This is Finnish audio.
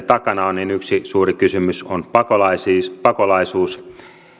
takana on niin yksi suuri kysymys on pakolaisuus